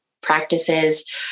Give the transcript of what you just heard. practices